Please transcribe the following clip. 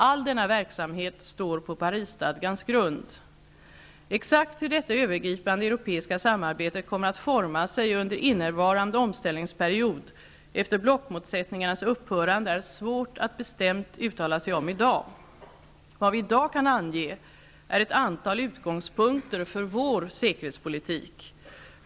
All denna verksamhet står på Exakt hur detta övergripande europeiska samarbete kommer att forma sig under innevarande omställningsperiod efter blockmotsättningarnas upphörande är svårt att bestämt uttala sig om i dag. Vad vi i dag kan ange är ett antal utgångspunkter för vår säkerhetspolitik.